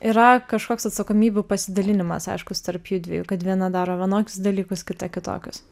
yra kažkoks atsakomybių pasidalinimas aiškus tarp judviejų kad viena daro vienokius dalykus kita kitokius